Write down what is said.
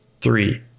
three